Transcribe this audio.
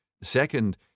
Second